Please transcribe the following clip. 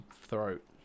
throat